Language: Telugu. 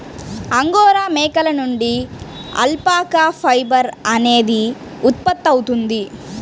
అంగోరా మేకల నుండి అల్పాకా ఫైబర్ అనేది ఉత్పత్తవుతుంది